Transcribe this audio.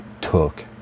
Took